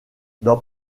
dans